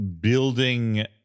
building